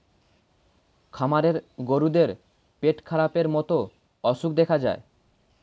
খামারের গরুদের পেটখারাপের মতো অসুখ দেখা যায়